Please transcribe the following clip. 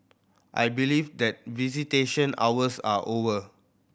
I believe that visitation hours are over